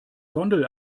gondel